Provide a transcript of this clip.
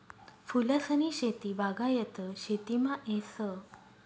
फूलसनी शेती बागायत शेतीमा येस